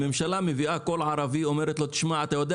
הממשלה מביאה כל ערבי ואומרת לו תשמע אתה יודע